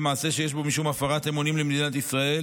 מעשה שיש בו משום הפרת אמונים למדינת ישראל